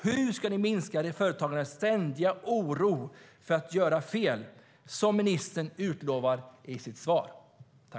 Hur ska ni minska företagarnas ständiga oro för att göra fel, något som ministern utlovar i sitt svar?